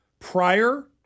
Prior